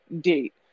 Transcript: date